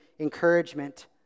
encouragement